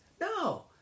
No